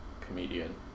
comedian